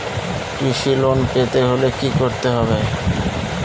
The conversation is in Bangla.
কৃষি লোন পেতে হলে কি করতে হবে?